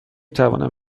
توانم